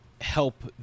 help